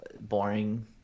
boring